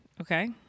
okay